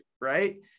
right